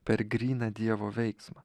per gryną dievo veiksmą